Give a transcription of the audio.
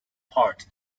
part